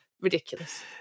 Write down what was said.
Ridiculous